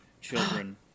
children